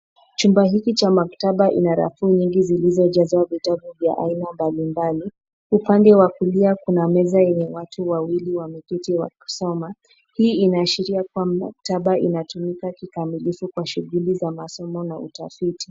Chumba hiki cha maktaba ina rafu nyingi zilizojazwa vitabu vya aina mbali mbali. Upande wa kulia kuna meza yenye watu wawili wameketi wakisoma. Hii inaashiria kwamba maktaba inatumika kikamilifu kwa shughuli za masomo na utafiti.